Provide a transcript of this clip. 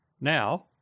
Now